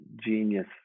genius